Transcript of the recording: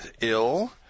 ill